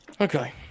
Okay